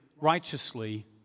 righteously